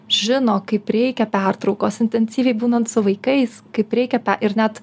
žino kaip reikia pertraukos intensyviai būnant su vaikais kaip reikia ir net